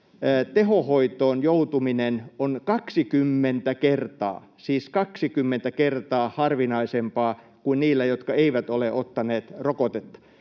tehohoitoon joutuminen on 20 kertaa — siis 20 kertaa — harvinaisempaa kuin niillä, jotka eivät ole ottaneet rokotetta.